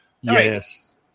Yes